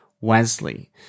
wesley